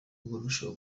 rurushaho